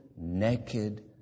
naked